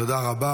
תודה רבה.